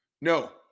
No